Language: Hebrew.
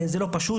זה לא פשוט.